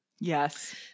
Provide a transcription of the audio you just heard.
Yes